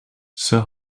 zij